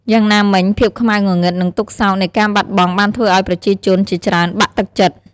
យ៉ាងណាមិញ ភាពខ្មៅងងឹត និងទុក្ខសោកនៃការបាត់បង់បានធ្វើឲ្យប្រជាជនជាច្រើនបាក់ទឹកចិត្ត។